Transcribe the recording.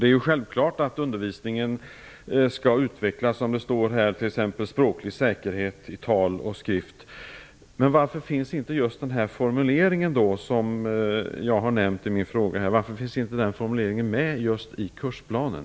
Det är självklart att undervisningen skall utveckla, som det där anförs, exempelvis språklig säkerhet i tal och skrift, men varför finns då inte just den formulering som jag har nämnt i min fråga med i kursplanen?